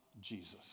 Jesus